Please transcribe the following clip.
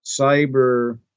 cyber